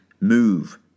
move